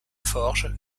forge